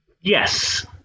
Yes